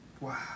Wow